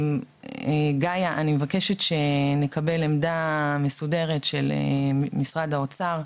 גאיה, אני מבקשת שנקבל עמדה מסודרת של משרד האוצר.